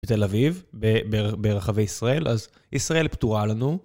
בתל אביב, ברחבי ישראל, אז ישראל פתורה לנו.